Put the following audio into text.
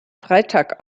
freitag